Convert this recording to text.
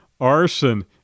Arson